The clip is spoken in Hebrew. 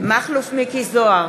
מכלוף מיקי זוהר,